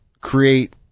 create